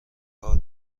کار